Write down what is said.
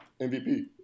MVP